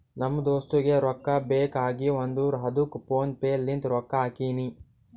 ನಮ್ ದೋಸ್ತುಗ್ ರೊಕ್ಕಾ ಬೇಕ್ ಆಗೀವ್ ಅಂತ್ ಅದ್ದುಕ್ ಫೋನ್ ಪೇ ಲಿಂತ್ ರೊಕ್ಕಾ ಹಾಕಿನಿ